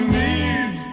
need